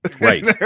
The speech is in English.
Right